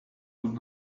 would